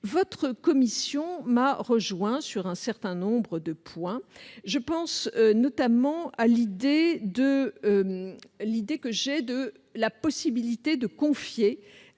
Votre commission m'a rejointe sur un certain nombre de points. Je pense notamment à mon idée d'ouvrir la possibilité de confier